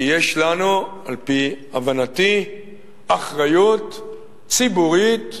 כי יש לנו על-פי הבנתי אחריות ציבורית,